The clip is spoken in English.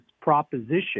proposition